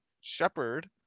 Shepherd